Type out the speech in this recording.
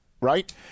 right